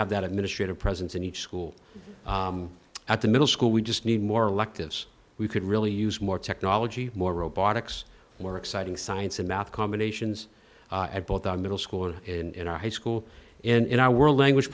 have that administrative presence in each school at the middle school we just need more electives we could really use more technology more robotics more exciting science and math combinations at both our middle school and in our high school in our world language